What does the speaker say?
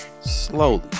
slowly